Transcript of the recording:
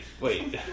wait